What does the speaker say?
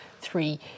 three